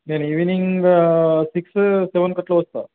నేను evening six సెవెన్కి అట్లా వస్తా